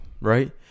right